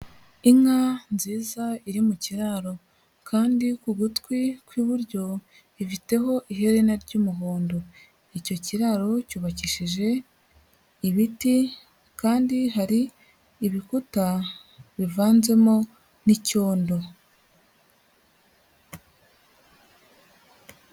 Inka nziza iri mu kiraro kandi ku gutwi kw'iburyo ifiteho ihena ry'umuhondo. Icyo kiraro cyubakishije ibiti kandi hari ibikuta bivanzemo n'icyondo.